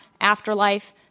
afterlife